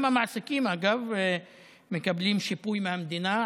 גם המעסיקים, אגב, מקבלים שיפוי מהמדינה.